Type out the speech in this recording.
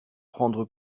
prendre